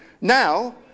now